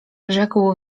rzekł